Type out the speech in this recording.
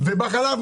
זה החלב,